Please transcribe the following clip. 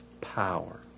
power